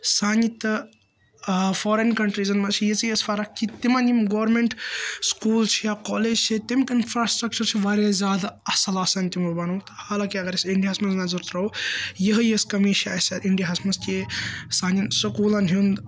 سانہِ تہٕ آ فارین کَنٹریزَن منٛز چھ یِژٕے یٲژ فَرَق کہِ تِمَن یم گورمیٚنٹ سکول چھ یا کالج چھ تمیُک اِنفراسِٹرَکچَر چھُ وارِیاہ زیادٕ اَصٕل آسان تِمو بَنومُت حالنٛکہِ اَگَر أسۍ اِنڈیا ہَس منٛز نَظَر تَراوو یہے یۄس کٔمی چھِ اَسہِ اِنڈیا ہَس منٛز کہِ سانٮ۪ن سکولَن ہُِنٛد